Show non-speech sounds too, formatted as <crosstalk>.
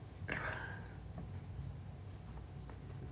<laughs>